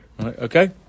Okay